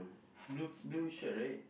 blue blue shirt right